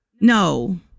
no